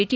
T